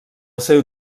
seu